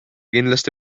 kindlasti